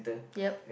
yup